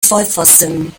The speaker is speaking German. vollpfosten